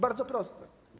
Bardzo proste.